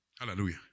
Hallelujah